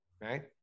Right